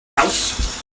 house